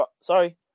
sorry